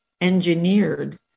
engineered